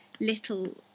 little